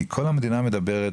כי כל המדינה מדברת,